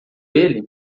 ele